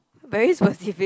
very specific